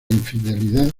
infidelidad